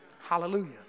Hallelujah